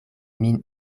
min